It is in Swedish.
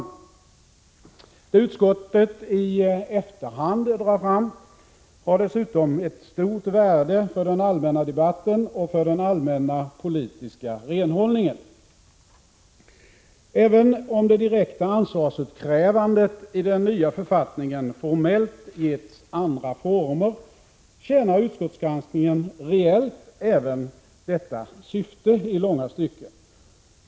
Det utskottet i efterhand drar fram har dessutom ett stort värde för den allmänna debatten och för den allmänna politiska renhållningen. Även om det direkta ansvarsutkrävandet i den nya författningen formellt getts andra former tjänar i långa stycken konstitutionsutskottets granskning reellt även detta syfte.